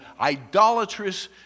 idolatrous